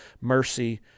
mercy